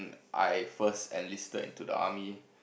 I first enlisted into the army